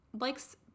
likes